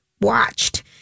watched